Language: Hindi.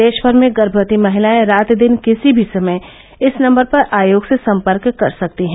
देश भर में गर्मवती महिलाएं रात दिन किसी भी समय इस नम्बर पर आयोग से संपर्क कर सकती हैं